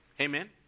Amen